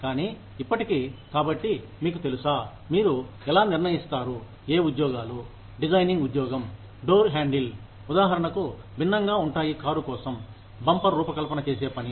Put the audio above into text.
కానీ ఇప్పటికీ కాబట్టి మీకు తెలుసా మీరు ఎలా నిర్ణయిస్తారు ఏ ఉద్యోగాలు డిజైనింగ్ ఉద్యోగం డోర్ హ్యాండిల్ ఉదాహరణకు భిన్నంగా ఉంటాయి కారు కోసం బంపర్ రూపకల్పన చేసే పని